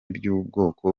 by’ubwoko